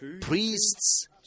priests